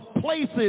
places